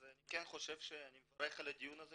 אז אני מברך על הדיון הזה,